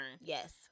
Yes